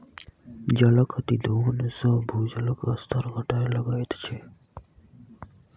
जलक अतिदोहन सॅ भूजलक स्तर घटय लगैत छै